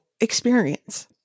experience